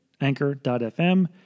Anchor.fm